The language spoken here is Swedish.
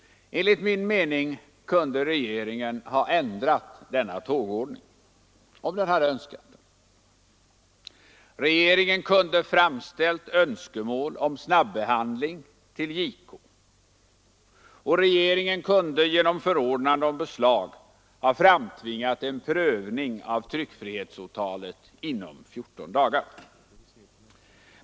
Enligt min mening kunde regeringen ha ändrat denna tågordning om den önskat. Regeringen kunde till justitiekanslern ha framställt önskemål om snabbehandling. Regeringen kunde genom förordnande om beslag ha framtvingat en prövning av tryckfrihetsåtalet inom 14 dagar.